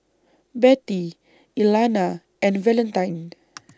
Bettye Elana and Valentine